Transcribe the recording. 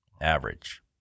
average